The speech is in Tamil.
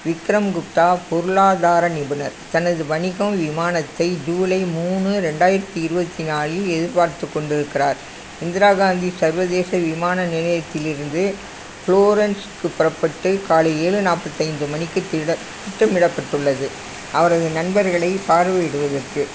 விக்ரம் குப்தா பொருளாதார நிபுணர் தனது வணிகம் விமானத்தை ஜூலை மூணு ரெண்டாயிரத்தி இருபத்தி நாலில் எதிர்பார்த்துக் கொண்டிருக்கிறார் இந்திரா காந்தி சர்வதேச விமான நிலையத்திலிருந்து ஃப்ளோரன்ஸ்க்கு புறப்பட்டு காலை ஏழு நாற்பத்தைந்து மணிக்கே திருட திட்டமிடப்பட்டுள்ளது அவரது நண்பர்களை பார்வையிடுவதற்கு